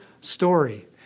story